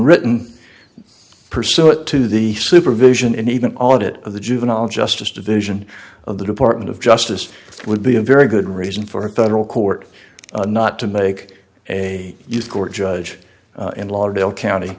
written pursue it to the supervision and even audit of the juvenile justice division of the department of justice would be a very good reason for the record not to make a huge court judge in lauderdale county